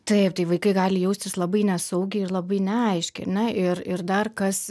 taip tai vaikai gali jaustis labai nesaugiai ir labai neaiškiai ar ne ir ir dar kas